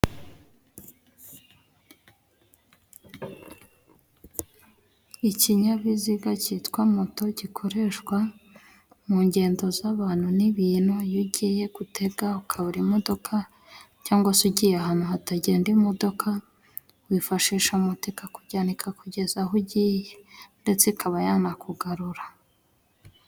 Ikinyabiziga cyitwa moto gikoreshwa mu ngendo z'abantu n'ibintu. Iyo ugiye gutega ukabura imodoka cyangwa se ugiye ahantu hatagenda imodoka, wifashisha moto ikakujyana ikakugeza aho ugiye ndetse ikaba yanakugarura.